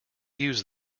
use